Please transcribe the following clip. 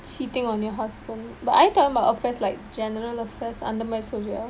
cheating on your husband but are you talking about affairs like general affairs அந்த மாதிரி சொல்லுறியா:antha maathiri solluriyaa